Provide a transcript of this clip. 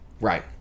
Right